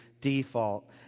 default